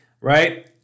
right